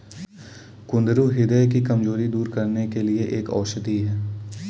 कुंदरू ह्रदय की कमजोरी दूर करने के लिए एक औषधि है